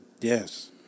yes